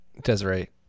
Desiree